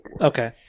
Okay